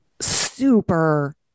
super